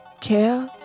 care